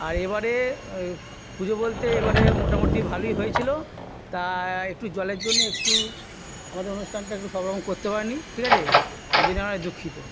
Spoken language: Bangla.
আর এবারে পুজো বলতে এবারে মোটামোটি ভালোই হয়েছিলো তা একটু জলের জন্য একটু আমাদের অনুষ্ঠানটা একটু সব রকম করতে পারে নি ঠিক আছে এই জন্য আমরা দুঃখিত